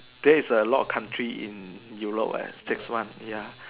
there is a lot of country in Europe eh six one ya